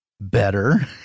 Better